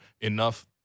enough